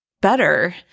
better